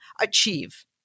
achieve